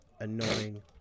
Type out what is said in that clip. annoying